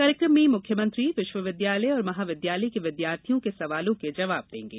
कार्यक्रम में मुख्यमंत्री विश्वविद्यालय और महाविद्यालय के विद्यार्थियों के सवालों के जवाब देंगे